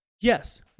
Yes